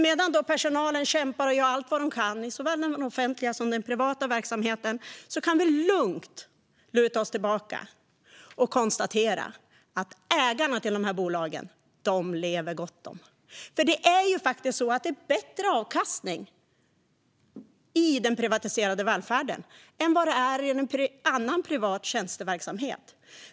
Medan personalen kämpar och gör allt de kan såväl i den offentliga som i den privata verksamheten kan vi dock lugnt luta oss tillbaka och konstatera att ägarna till dessa bolag lever gott. Det är nämligen bättre avkastning i den privatiserade välfärden än vad det är inom annan privat tjänsteverksamhet.